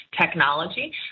technology